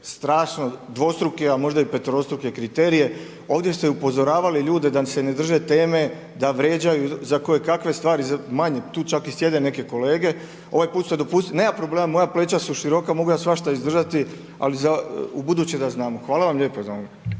strašno dvostruke a možda i peterostruke kriterije. Ovdje ste upozoravali ljude da se ne drže teme, da vrijeđaju za kojekakve stvari manje, tu čak i sjede neke kolege. Ovaj put ste dopustili, nema problema, moja pleća su široka, mogu ja svašta izdržati ali za ubuduće da znamo. Hvala vam lijepa za ovo.